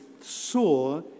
saw